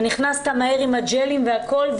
נכנסת לסופר מהר עם הג'לים והכול.